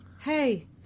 Hey